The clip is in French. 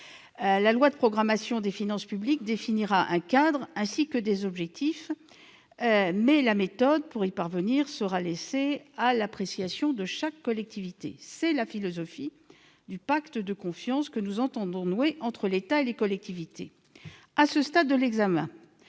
de loi de programmation des finances publiques définit un cadre et des objectifs, mais la méthode pour y parvenir sera laissée à l'appréciation de chaque collectivité. Telle est la philosophie du pacte de confiance que nous entendons nouer entre l'État et les collectivités.